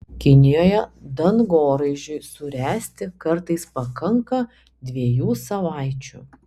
kinijoje dangoraižiui suręsti kartais pakanka dviejų savaičių